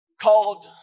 called